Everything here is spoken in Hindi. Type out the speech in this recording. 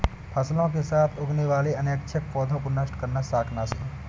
फसलों के साथ उगने वाले अनैच्छिक पौधों को नष्ट करना शाकनाशी है